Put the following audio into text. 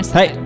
Hey